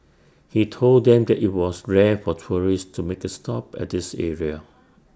he told them that IT was rare for tourists to make A stop at this area